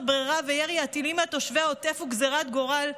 ברירה וירי הטילים על תושבי העוטף הוא גזרת גורל,